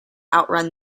outrun